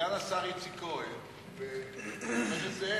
וסגן השר איציק כהן וחבר הכנסת נסים